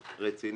רצינית.